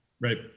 Right